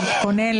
להתכונן,